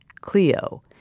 Cleo